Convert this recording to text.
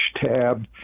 tab